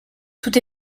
tout